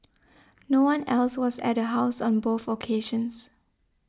no one else was at the house on both occasions